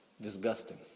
disgusting